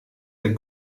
der